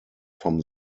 from